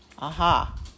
Aha